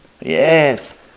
Yes